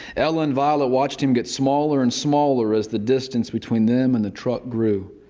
ella and violet watched him get smaller and smaller as the distance between them and the truck grew.